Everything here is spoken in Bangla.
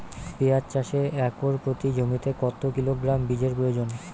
পেঁয়াজ চাষে একর প্রতি জমিতে কত কিলোগ্রাম বীজের প্রয়োজন?